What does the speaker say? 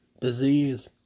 disease